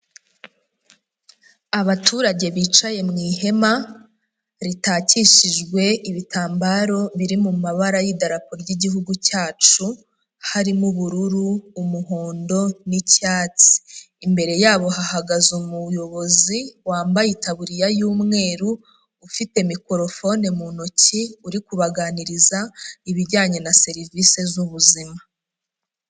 Abaturage bicaye mu ihema ritakishijwe ibitambaro biri mu mabara y'idarapo ry'igihugu cyacu, harimo ubururu, umuhondo n'icyatsi. Imbere yabo hahagaze umuyobozi wambaye itabuririya y'umweru ufite mikorofone mu ntoki, uri kubaganiriza ibijyanye na serivisi z'ubuzima.